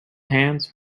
hands